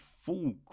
full